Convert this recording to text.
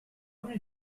many